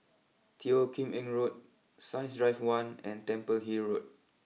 Teo Kim Eng Road Science Drive one and Temple Hill Road